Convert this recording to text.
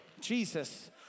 Jesus